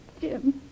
Jim